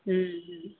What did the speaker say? હં હં